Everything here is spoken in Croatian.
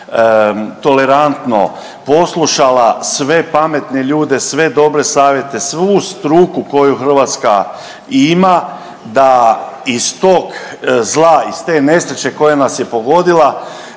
tolerantno poslušala sve pametne ljude, sve dobre savjete, svu struku koju Hrvatska ima da iz tog zla, iz te nesreće koja nas je pogodila